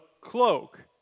cloak